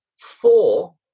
four